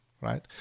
right